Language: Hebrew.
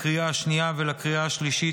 לקריאה השנייה ולקריאה השלישית,